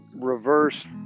reverse